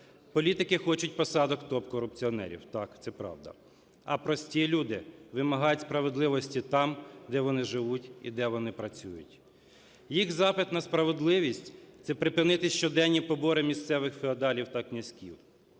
Політики хочуть посадок топ-корупціонерів – так, це правда, а прості люди вимагають справедливості там, де вони живуть і де вони працюють. Їх запит на справедливість – це припинити щоденні побори місцевих феодалів та князьків.